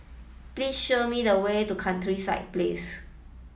please show me the way to Countryside Place